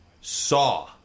Saw